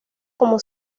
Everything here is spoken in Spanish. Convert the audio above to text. como